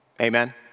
Amen